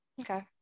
Okay